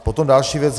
Potom další věc.